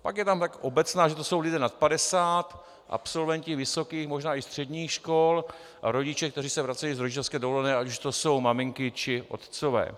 Pak je tam tak obecná, že to jsou lidi nad padesát, absolventi vysokých, možná i středních škol a rodiče, kteří se vracejí z rodičovské dovolené, ať už to jsou maminky, či otcové.